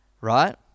Right